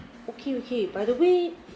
okay okay by the way